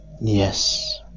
Yes